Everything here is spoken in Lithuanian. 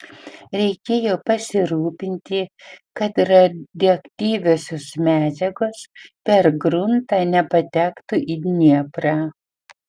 reikėjo pasirūpinti kad radioaktyviosios medžiagos per gruntą nepatektų į dnieprą